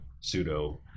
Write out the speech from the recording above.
pseudo